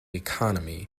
economy